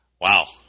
wow